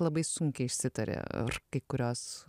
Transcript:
labai sunkiai išsitaria r kai kurios